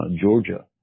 Georgia